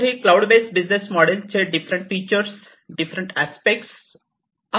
तर ही cloud based business मॉडेलचे डिफरेन्ट फिचर्स डिफरेन्टआस्पेक्टस आहेत